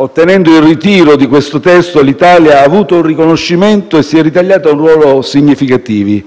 ottenendo il ritiro di detto testo, l'Italia ha avuto un riconoscimento e si è ritagliata un ruolo significativo.